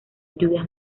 lluvias